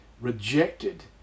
rejected